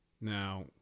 Now